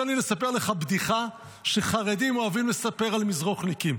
תן לי לספר לך בדיחה שחרדים אוהבים לספר על מזרוחניקים,